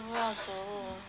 不要走